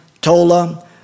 Tola